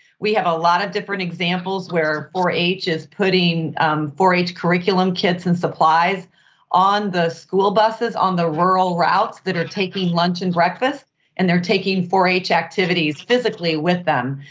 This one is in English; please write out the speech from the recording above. we have a lot of different examples where four h is putting four h curriculum kits and supplies on the school buses on the rural routes that are taking lunch and breakfast and they're taking four h activities, physically with them.